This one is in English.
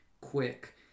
quick